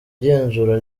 genzura